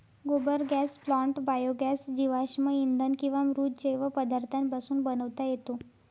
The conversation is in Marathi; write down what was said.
गोबर गॅस प्लांट बायोगॅस जीवाश्म इंधन किंवा मृत जैव पदार्थांपासून बनवता येतो